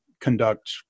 conduct